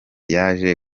yaje